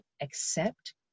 accept